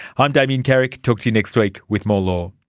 i'm damien carrick, talk to you next week with more law